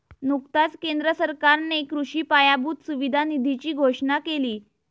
नुकताच केंद्र सरकारने कृषी पायाभूत सुविधा निधीची घोषणा केली